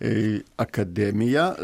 į akademiją